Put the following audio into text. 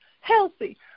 healthy